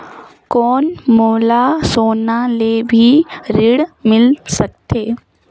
कौन मोला सोना ले भी ऋण मिल सकथे?